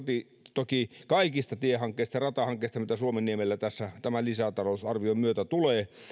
toki kaikista tiehankkeista ja ratahankkeista mitä suomenniemellä lisätalousarvion myötä tulee